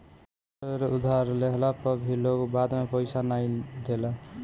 ढेर उधार लेहला पअ भी लोग बाद में पईसा नाइ देला